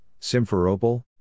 Simferopol